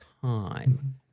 time